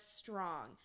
strong